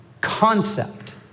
concept